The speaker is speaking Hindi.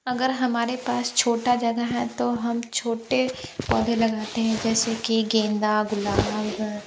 अगर हमारे पास छोटा जगह है तो हम छोटे पौधे लगाते हैं जैसे कि गेंदा गुलाब